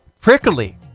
prickly